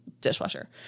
dishwasher